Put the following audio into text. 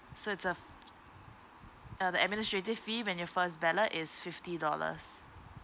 so it's uh uh the administrative fee when your first ballot is fifty dollars